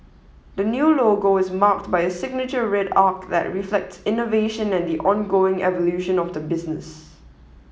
the new logo is marked by a signature red arc that reflects innovation and the ongoing evolution of the business